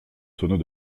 tonneau